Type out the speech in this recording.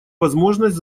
возможность